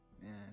Man